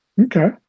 Okay